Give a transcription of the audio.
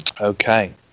Okay